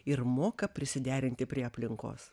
ir moka prisiderinti prie aplinkos